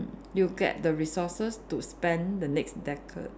you get the resources to spend the next decade